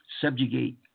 subjugate